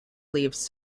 leaves